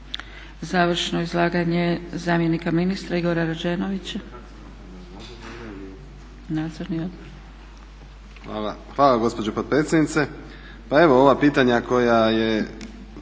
Završno izlaganje zamjenika ministra Igor Rađenović. **Rađenović, Igor (SDP)** Hvala gospođo potpredsjedniče. Pa evo ova pitanja koja je